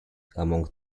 among